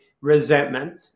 resentment